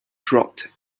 dropped